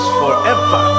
forever